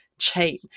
chain